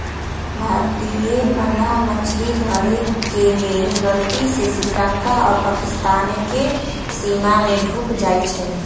भारतीय मलाह मछरी धरे के लेल गलती से श्रीलंका आऽ पाकिस्तानके सीमा में ढुक जाइ छइ